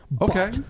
Okay